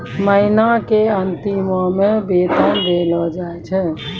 महिना के अंतिमो मे वेतन देलो जाय छै